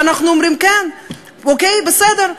ואנחנו אומרים: כן, אוקיי, בסדר.